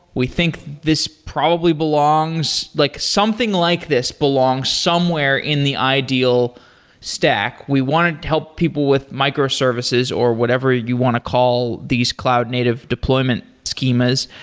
we think this probably belongs like something like this belongs somewhere in the ideal stack. stack. we wanted to help people with microservices, or whatever you want to call these cloud native deployment schemas.